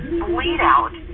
bleed-out